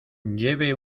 lleve